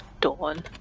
Dawn